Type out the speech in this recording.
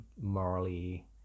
morally